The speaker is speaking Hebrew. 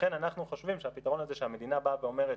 לכן אנחנו חושבים שהפתרון הזה שהמדינה באה ואומרת,